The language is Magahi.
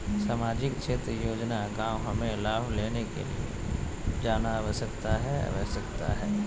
सामाजिक क्षेत्र योजना गांव हमें लाभ लेने के लिए जाना आवश्यकता है आवश्यकता है?